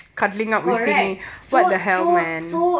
correct so so so